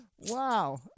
Wow